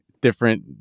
different